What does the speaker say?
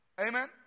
Amen